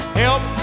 help